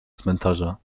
cmentarza